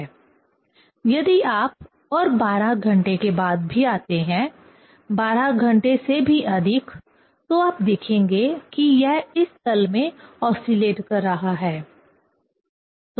यदि आप और 12 घंटे के बाद भी आते हैं 12 घंटे से भी अधिक तो आप देखेंगे कि यह इस तल में ओसीलेट कर रहा है